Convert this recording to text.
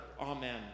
Amen